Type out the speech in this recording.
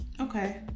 Okay